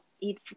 eat